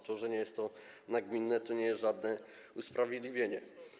To, że nie jest to nagminne, to nie jest żadne usprawiedliwienie.